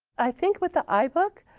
i think with the ibook,